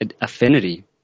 affinity